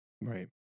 right